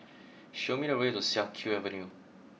show me the way to Siak Kew Avenue